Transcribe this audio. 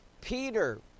peter